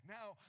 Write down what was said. Now